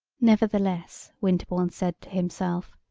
nevertheless, winterbourne said to himself,